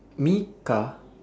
mika